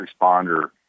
responder